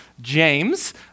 James